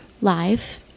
live